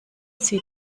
sie